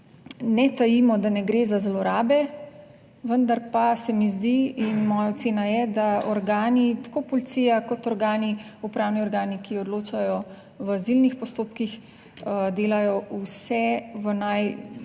ne tajimo, da ne gre za zlorabe, vendar pa se mi zdi in moja ocena je, da organi, tako policija kot organi, upravni organi, ki odločajo v azilnih postopkih, delajo vse v najboljši